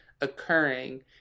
occurring